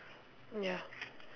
ya